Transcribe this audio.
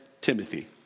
Timothy